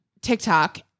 TikTok